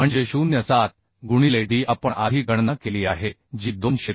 म्हणजे 0 7 गुणिले D आपण आधी गणना केली आहे जी 273